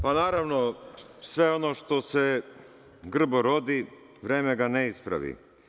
Pa, naravno, sve ono što se grbo rodi, vreme ga ne ispravi.